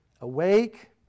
awake